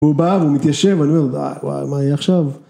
הוא בא ומתיישב אני לא יודע מה יהיה עכשיו